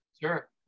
sure